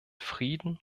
frieden